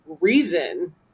reason